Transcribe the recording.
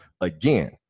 again